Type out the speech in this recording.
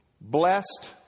blessed